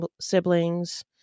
siblings